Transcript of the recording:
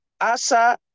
Asa